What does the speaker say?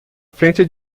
frente